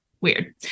weird